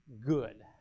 good